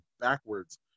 backwards